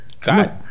God